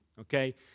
okay